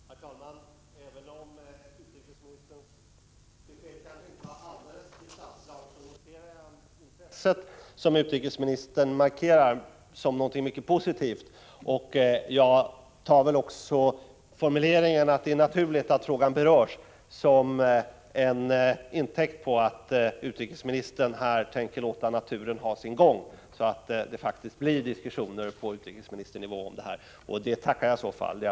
Herr talman! Även om utrikesministerns besked kanske inte var alldeles kristallklart noterar jag det intresse som utrikesministern markerar som något mycket positivt. Jag tar också formuleringen att ”det är naturligt att den här frågan berörs” till intäkt för att utrikesministern i detta sammanhang tänker låta naturen ha sin gång så att det faktiskt blir diskussioner på utrikesministernivå om det här. Det tackar jag i så fall för.